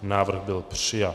Návrh byl přijat.